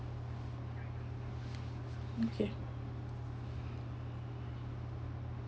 okay